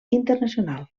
internacional